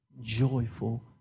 joyful